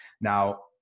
Now